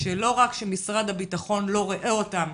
שלא רק שמשרד הביטחון לא רואה אותם,